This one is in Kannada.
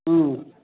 ಹ್ಞೂ